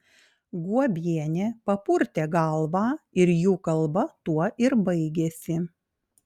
guobienė papurtė galvą ir jų kalba tuo ir baigėsi